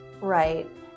right